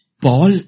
Paul